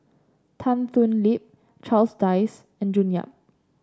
Tan Thoon Lip Charles Dyce and June Yap